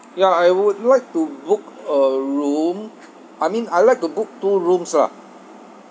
ya I would like to book a room I mean I would like to book two rooms lah